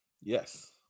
Yes